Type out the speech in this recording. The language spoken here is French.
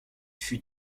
fut